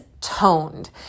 toned